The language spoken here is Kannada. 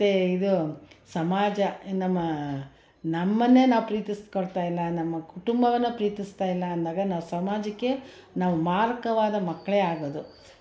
ಮತ್ತು ಇದು ಸಮಾಜ ನಮ್ಮ ನಮ್ಮನ್ನೇ ನಾವು ಪ್ರೀತಿಸಿಕೊಳ್ತಾ ಇಲ್ಲ ನಮ್ಮ ಕುಟುಂಬವನ್ನು ಪ್ರೀತಿಸ್ತಾಯಿಲ್ಲ ಅಂದಾಗ ನಾವು ಸಮಾಜಕ್ಕೆ ನಾವು ಮಾರಕವಾದ ಮಕ್ಕಳೇ ಆಗೋದು